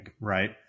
Right